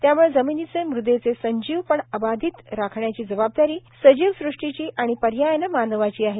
त्यामुळं जमिनीचे मुदेचे संजीव पण अबाधित राखण्याची जबाबदारी सजीव सृष्टीची आणि पर्यायानं मानवाची आहे